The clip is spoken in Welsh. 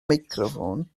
meicroffon